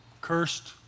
cursed